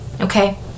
okay